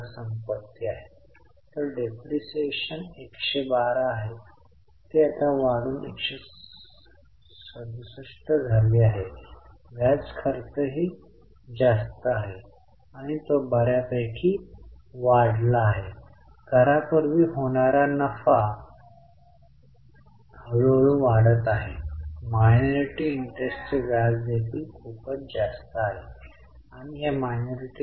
जर आपण दायित्वामध्ये ताळेबंद पाहिले तर तेथे भिन्न कर लायब्ररी नावाची वस्तू आहे आणि ती 7 वरून 12 पर्यंत वाढली आहे याचा अर्थ असा आहे की 5000 ची वाढ झाली आहे हे प्रदान केले जातात परंतु दिले नाहीत